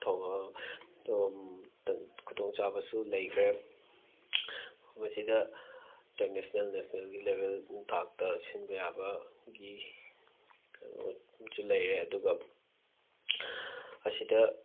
ꯊꯧꯔꯝ ꯈꯨꯗꯣꯡꯆꯥꯕꯁꯨ ꯂꯩꯈ꯭ꯔꯦ ꯃꯁꯤꯗ ꯏꯟꯇꯔꯟꯁꯅꯦꯜ ꯅꯦꯁꯅꯦꯜꯒꯤ ꯂꯦꯚꯦꯜ ꯊꯥꯛꯇ ꯁꯤꯟꯕ ꯌꯥꯕꯒꯤ ꯀꯩꯅꯣꯁꯨ ꯂꯩꯔꯦ ꯑꯗꯨꯒ ꯑꯁꯤꯗ